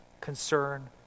concern